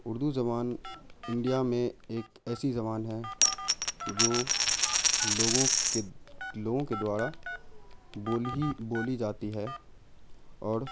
اردو زبان انڈیا میں ایک ایسی زبان ہے جو لوگوں کے لوگوں کے دوارا بول ہی بولی جاتی ہے اور